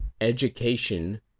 education